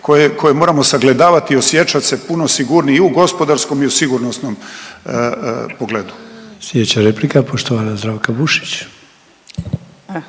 koje moramo sagledavati i osjećat se puno sigurniji i u gospodarskom i u sigurnosnom pogledu. **Sanader, Ante (HDZ)** Slijedeća replika poštovana Zdravka Bušić.